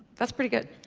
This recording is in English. that's pretty good.